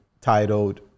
titled